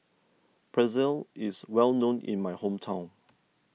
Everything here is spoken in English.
Pretzel is well known in my hometown